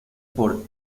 por